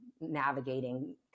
navigating